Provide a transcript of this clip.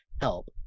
help